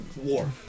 War